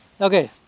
Okay